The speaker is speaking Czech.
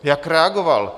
Jak reagoval?